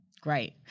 Great